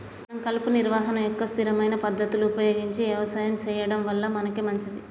మనం కలుపు నిర్వహణ యొక్క స్థిరమైన పద్ధతులు ఉపయోగించి యవసాయం సెయ్యడం వల్ల మనకే మంచింది